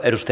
kiitos